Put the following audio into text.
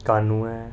कानुऐ